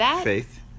faith